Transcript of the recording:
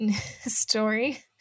story